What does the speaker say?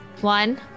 One